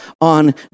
on